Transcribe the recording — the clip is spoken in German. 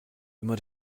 immer